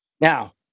Now